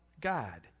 God